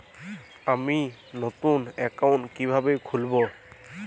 আমি নতুন অ্যাকাউন্ট কিভাবে খুলব?